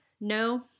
No